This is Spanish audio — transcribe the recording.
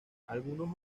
algunos